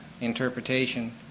interpretation